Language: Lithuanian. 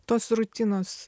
tos rutinos